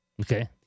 Okay